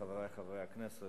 חברי חברי הכנסת,